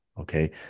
Okay